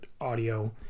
audio